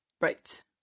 Right